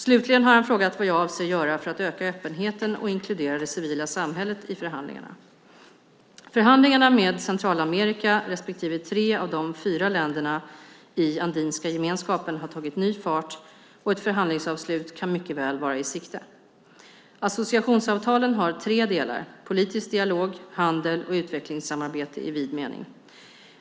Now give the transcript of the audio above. Slutligen har han frågat vad jag avser att göra för att öka öppenheten och inkludera det civila samhället i förhandlingarna. Förhandlingarna med Centralamerika respektive tre av de fyra länderna i Andinska gemenskapen har tagit ny fart. Ett förhandlingsavslut kan mycket väl vara i sikte. Associationsavtalen har tre delar - politisk dialog, handel och utvecklingssamarbete i vid mening.